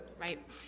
Right